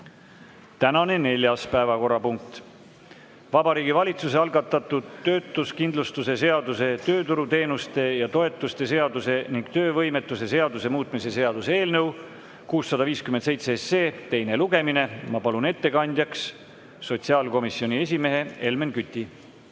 Tänane neljas päevakorrapunkt: Vabariigi Valitsuse algatatud töötuskindlustuse seaduse, tööturuteenuste ja -toetuste seaduse ning töövõimetoetuse seaduse muutmise seaduse eelnõu 657 teine lugemine. Ma palun ettekandjaks sotsiaalkomisjoni esimehe Helmen Küti.